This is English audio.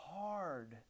hard